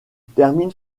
termine